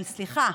אבל סליחה,